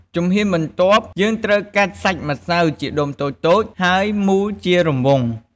ជំហានបន្ទាប់ យើងត្រូវកាត់សាច់ម្សៅជាដុំតូចៗ ហើយមូលជារង្វង់។